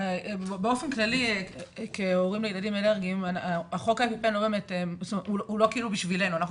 באופן כללי חוק האפיפן הוא לא בשבילנו כהורים לילדים אלרגיים.